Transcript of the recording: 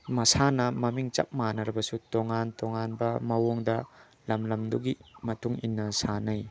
ꯃꯁꯥꯟꯅ ꯃꯃꯤꯡ ꯆꯞ ꯃꯥꯟꯅꯔꯕꯁꯨ ꯇꯣꯉꯥꯟ ꯇꯣꯉꯥꯟꯕ ꯃꯑꯣꯡꯗ ꯂꯝ ꯂꯝꯗꯨꯒꯤ ꯃꯇꯨꯡ ꯏꯟꯅ ꯁꯥꯟꯅꯩ